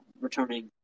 returning